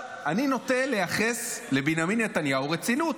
אני נוטה לייחס לבנימין נתניהו רצינות,